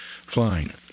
flying